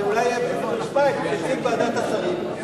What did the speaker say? אבל אולי נשמע את נציג ועדת השרים,